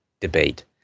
debate